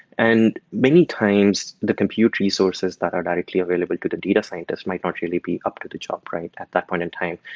and many times the compute resources that are directly available to the data scientist might not really be up to the job at that point in time.